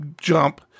jump